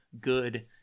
good